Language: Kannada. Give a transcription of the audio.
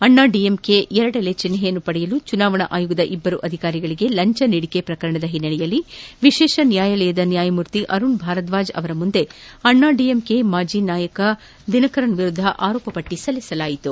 ಅಣ್ಣಾಡಿಎಂಕೆಯ ಎರಡೆಲೆಯ ಚಿನ್ನೆಯನ್ನು ಪಡೆಯಲು ಚುನಾವಣಾ ಆಯೋಗದ ಇಬ್ಬರು ಅಧಿಕಾರಿಗಳಿಗೆ ಲಂಚ ನೀಡಿಕೆಯ ಪ್ರಕರಣದ ಹಿನ್ನೆಲೆಯಲ್ಲಿ ವಿಶೇಷ ನ್ಯಾಯಾಲಯದ ನ್ಯಾಯಮೂರ್ತಿ ಅರುಣ್ ಭಾರದ್ವಾಜ್ ಅವರ ಮುಂದೆ ಅಣ್ಣಾಡಿಎಂಕೆಯ ಮಾಜಿ ನಾಯಕ ದಿನಕರನ್ ವಿರುದ್ದ ಆರೋಪಪಟ್ಟಿ ಸಲ್ಲಿಸಲಾಯಿತು